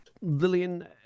Lillian